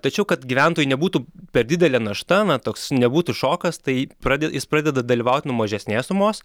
tačiau kad gyventojui nebūtų per didelė našta na toks nebūtų šokas tai prade jis pradeda dalyvaut nuo mažesnės sumos